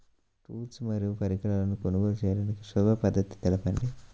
Tools మరియు పరికరాలను కొనుగోలు చేయడానికి సులభ పద్దతి తెలపండి?